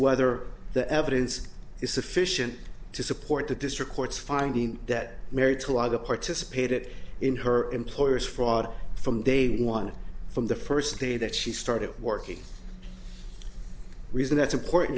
whether the evidence is sufficient to support the district court's finding that married to either participated in her employer's fraud from day one from the first day that she started working reason that's important